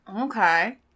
Okay